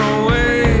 away